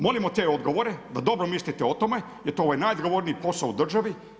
Molimo te odgovore da dobro mislite o tome jer to je najodgovorniji posao u državi.